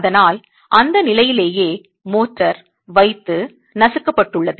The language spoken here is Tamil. அதனால் அந்த நிலையிலேயே மோர்டார் வைத்து நசுக்கப்பட்டுள்ளது